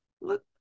look